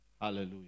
Hallelujah